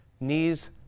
knees